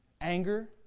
Anger